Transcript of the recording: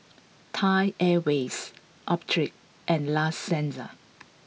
Thai Airways Optrex and La Senza